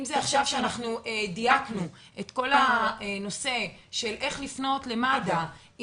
עכשיו דייקנו את כל הנושא של איך לפנות למד"א,